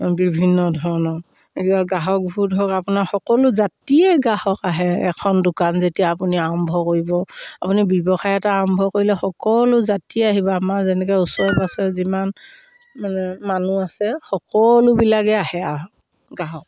বিভিন্ন ধৰণৰ এতিয়া গ্ৰাহক হওক আপোনাৰ সকলো জাতিয়ে গ্ৰাহক আহে এখন দোকান যেতিয়া আপুনি আৰম্ভ কৰিব আপুনি ব্যৱসায় এটা আৰম্ভ কৰিলে সকলো জাতিয়ে আহিব আমাৰ যেনেকে ওচৰে পাঁজৰে যিমান মানে মানুহ আছে সকলোবিলাকে আহে গ্ৰাহক